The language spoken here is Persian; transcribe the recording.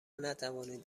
نتوانید